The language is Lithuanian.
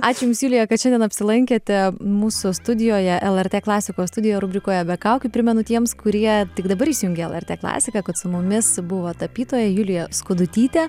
ačiū jums julija kad šiandien apsilankėte mūsų studijoje lrt klasikos studijoje rubrikoje be kaukių primenu tiems kurie tik dabar įsijungė lrt klasiką kad su mumis buvo tapytoja julija skudutytė